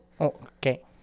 okay